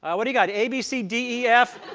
ah what do you got? a, b, c, d, e, f,